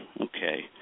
Okay